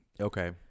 Okay